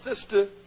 sister